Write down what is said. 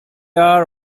are